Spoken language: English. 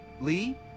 Lee